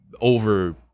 over